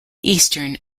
eastern